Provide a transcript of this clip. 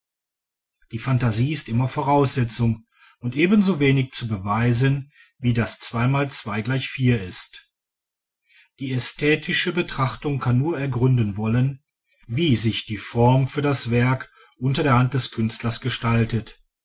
die phantasie ist immer voraussetzung und ebensowenig zu beweisen wie das zweimal zwei gleich vier ist die ästhetische betrachtung kann nur ergründen wollen wie sich die form für das werk unter der hand des künstlers gestaltet